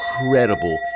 incredible